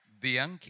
Bianchi